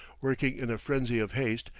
working in a frenzy of haste,